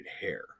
hair